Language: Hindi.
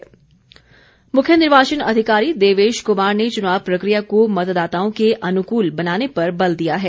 देवेश क्मार मुख्य निर्वाचन अधिकारी देवेश कुमार ने चुनाव प्रक्रिया को मतदाताओं के अनुकूल बनाने पर बल दिया है